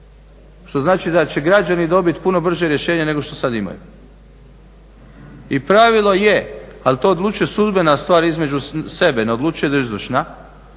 što znači da će građani dobiti puno brže rješenje nego što sada imaju. I pravilo je ali to odlučuje sudbena stvar između sebe, ne odlučuje izvršna,